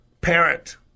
parent